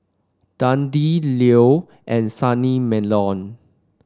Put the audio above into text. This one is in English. Dundee Leo and Sunny Meadow